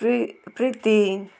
pre Priti